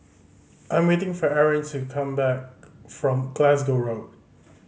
I'm waiting for Arron to come back from Glasgow Road